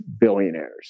billionaires